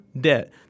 debt